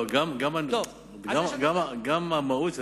גם המהות,